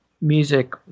music